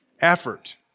effort